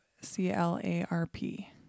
C-L-A-R-P